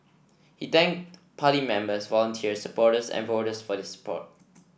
he thanked party members volunteers supporters and voters for their support